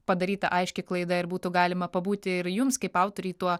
padaryta aiški klaida ir būtų galima pabūti ir jums kaip autorei tuo